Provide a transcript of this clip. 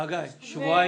חגי, שבועיים מהיום.